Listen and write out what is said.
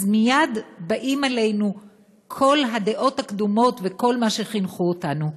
ומייד באים אלינו כל הדעות הקדומות וכל מה שחינכו אותנו,